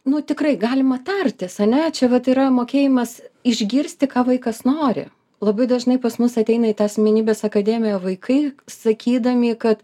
nu tikrai galima tartis ane čia vat yra mokėjimas išgirsti ką vaikas nori labai dažnai pas mus ateina į tą asmenybės akademiją vaikai sakydami kad